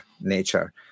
nature